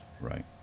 Right